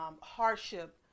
hardship